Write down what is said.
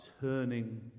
turning